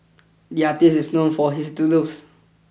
the artist is known for his doodles